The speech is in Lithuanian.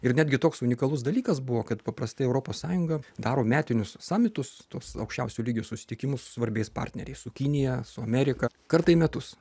ir netgi toks unikalus dalykas buvo kad paprastai europos sąjunga daro metinius samitus tuos aukščiausio lygio susitikimus svarbiais partneriais su kinija su amerika kartą į metus